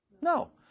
No